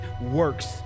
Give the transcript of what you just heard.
works